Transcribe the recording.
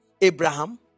Abraham